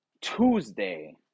tuesday